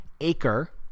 acre